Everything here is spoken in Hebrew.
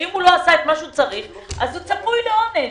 שאם לא עשה מה שהוא צריך, הוא צפוי לעונש,